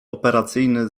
operacyjny